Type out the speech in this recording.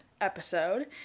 episode